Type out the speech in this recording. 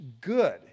good